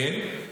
כן,